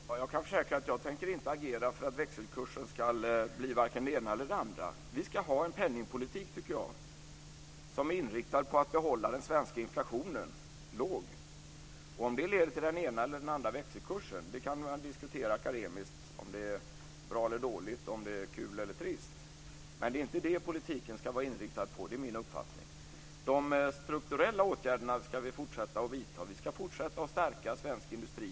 Fru talman! Jag försäkrar att jag inte tänker agera för att växelkursen ska bli vare sig det ena eller det andra. Vi ska ha en penningpolitik som är inriktad på att behålla den svenska inflationen på en låg nivå. Om det leder till den ena eller den andra växelkursen kan diskuteras akademiskt - om det är bra eller dåligt, kul eller trist. Men det är, enligt min uppfattning, inte det politiken ska vara inriktad på. Vi ska fortsätta att vidta de strukturella åtgärderna. Vi ska fortsätta att stärka svensk industri.